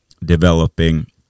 developing